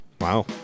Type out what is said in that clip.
Wow